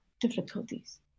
difficulties